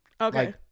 okay